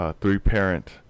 three-parent